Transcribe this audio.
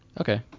Okay